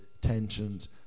tensions